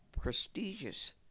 prestigious